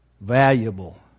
valuable